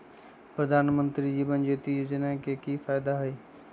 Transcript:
प्रधानमंत्री जीवन ज्योति योजना के की फायदा हई?